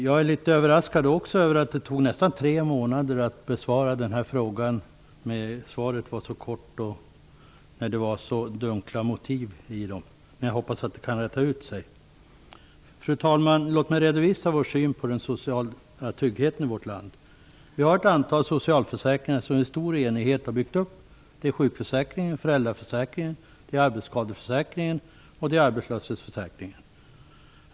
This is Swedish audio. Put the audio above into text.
Jag är litet överraskad också över att det tog nästan tre månader att besvara interpellationen, när svaret var så kort och motiven i det så dunkla. Jag hoppas att det kan rätta till sig. Fru talman! Låt mig redovisa vår syn på den sociala tryggheten i vårt land. Vi har ett antal socialförsäkringar som vi har byggt upp i stor enighet: sjukförsäkring, föräldraförsäkring, arbetsskadeförsäkring och arbetslöshetsförsäkring.